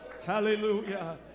Hallelujah